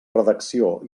redacció